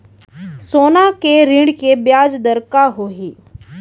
सोना के ऋण के ब्याज दर का होही?